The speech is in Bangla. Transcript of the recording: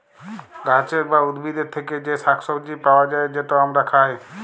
গাহাচের বা উদ্ভিদের থ্যাকে যে শাক সবজি পাউয়া যায়, যেট আমরা খায়